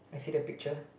I see the picture